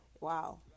wow